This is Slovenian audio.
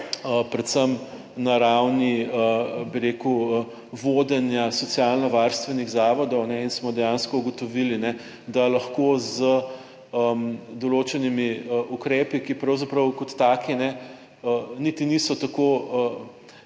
Predvsem na ravni, bi rekel vodenja socialno varstvenih zavodov in smo dejansko ugotovili, da lahko z določenimi ukrepi, ki pravzaprav kot taki niti niso tako